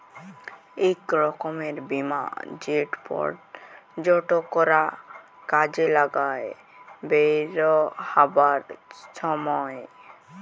ইক রকমের বীমা যেট পর্যটকরা কাজে লাগায় বেইরহাবার ছময়